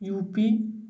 U P